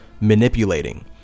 manipulating